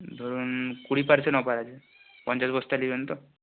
ধরুন কুড়ি percent offer আছে পঞ্চাশ বস্তা নেবেন তো